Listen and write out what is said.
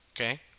okay